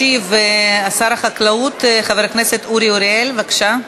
ישיב שר החקלאות חבר הכנסת אורי אריאל, בבקשה.